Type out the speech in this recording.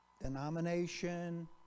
denomination